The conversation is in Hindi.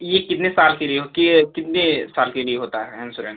ये साल के लिए हो कि ये कितने साल के लिए होता है इंसोरेंस